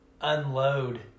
Unload